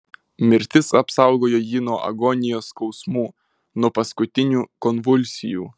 mirtis apsaugojo jį nuo agonijos skausmų nuo paskutinių konvulsijų